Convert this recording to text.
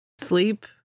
Sleep